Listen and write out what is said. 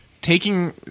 taking